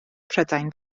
prydain